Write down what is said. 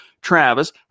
Travis